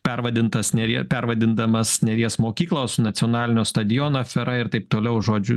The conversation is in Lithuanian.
pervadintas nerija pervadindamas nėries mokyklos nacionalinio stadiono afera ir taip toliau žodžiu